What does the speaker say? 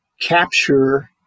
capture